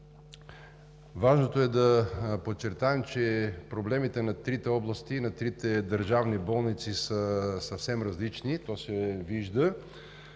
Важното е да подчертаем, че проблемите на трите области и на трите държавни болници са съвсем различни – то се вижда.